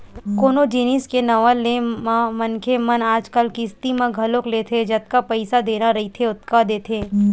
कोनो जिनिस के नवा ले म मनखे मन आजकल किस्ती म घलोक लेथे जतका पइसा देना रहिथे ओतका देथे